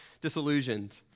disillusioned